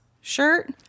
shirt